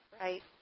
Right